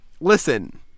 Listen